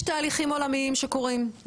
יש תהליכים עולמיים שקורים,